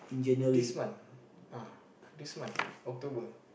this month uh this month October